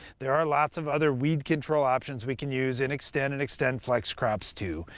there are lots of other weed control options we can use in xtend and xtendflex crops, too.